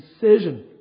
decision